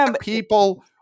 people